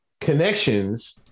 connections